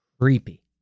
creepy